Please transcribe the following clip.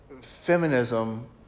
feminism